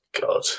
God